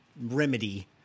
remedy